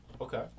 Okay